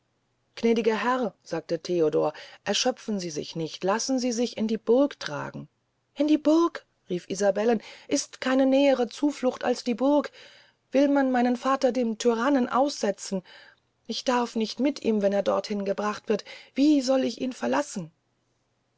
gnädiger herr sagte theodor erschöpfen sie sich nicht lassen sie sich in die burg tragen in die burg rief isabelle ist keine nähere zuflucht als die burg will man meinen vater dem tyrannen aussetzen ich darf nicht mit ihm wenn er dorthin gebracht wird wie soll ich ihn verlassen